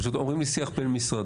פשוט אומרים לי שיח בין-משרדי.